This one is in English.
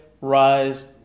rise